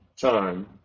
time